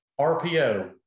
RPO